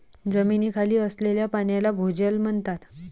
जमिनीखाली असलेल्या पाण्याला भोजल म्हणतात